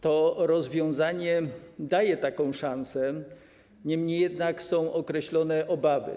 To rozwiązanie daje taką szansę, niemniej jednak są określone obawy.